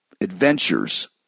adventures